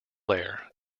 layer